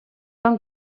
van